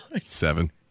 Seven